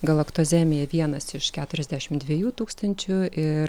galaktozemija vienas iš keturiasdešimt dviejų tūkstančių ir